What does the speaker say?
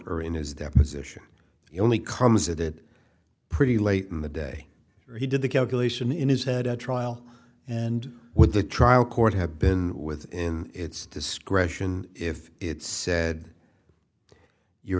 or in his deposition he only comes at it pretty late in the day he did the calculation in his head at trial and with the trial court have been within its discretion if it's said you're a